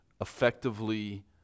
effectively